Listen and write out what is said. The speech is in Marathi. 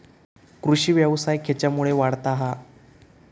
कृषीव्यवसाय खेच्यामुळे वाढता हा?